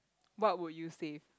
what would you save